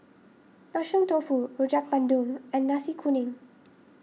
Mushroom Tofu Rojak Bandung and Nasi Kuning